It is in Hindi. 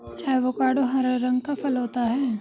एवोकाडो हरा रंग का फल होता है